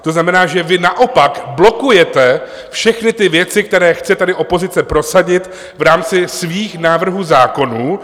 To znamená, že vy naopak blokujete všechny věci, které chce tady opozice prosadit v rámci svých návrhů zákonů.